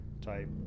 type